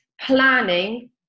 planning